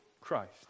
Christ